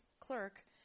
clerk